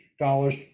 dollars